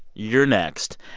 you're next.